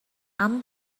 اما